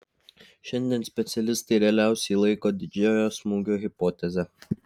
šiandien specialistai realiausia laiko didžiojo smūgio hipotezę